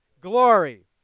glory